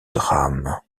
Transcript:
drame